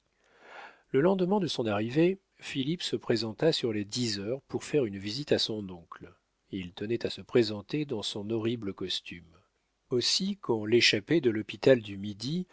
le lendemain de son arrivée philippe se présenta sur les dix heures pour faire une visite à son oncle il tenait à se présenter dans son horrible costume aussi quand l'échappé de l'hôpital du midi